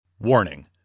Warning